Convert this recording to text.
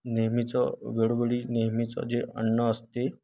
नेहमीचं वेळोवेळी नेहमीचं जे अन्न असते